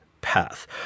path